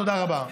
תודה רבה.